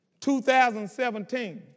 2017